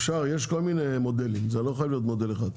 יש כל מיני מודלים, זה לא חייב להיות מודל אחד.